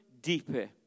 deeper